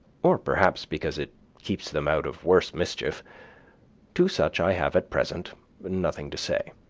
or perhaps because it keeps them out of worse mischief to such i have at present but nothing to say.